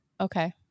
Okay